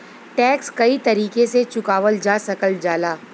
tax कई तरीके से चुकावल जा सकल जाला